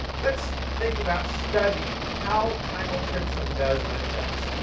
let's think about studying how chymotrypsin does what it does.